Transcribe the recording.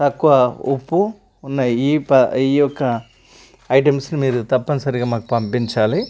తక్కువ ఉప్పు ఉన్న ఈ పా ఈ యొక్క ఐటమ్స్ను మీరు తప్పనిసరిగా మాకు పంపించాలి